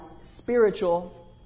spiritual